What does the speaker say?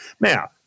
now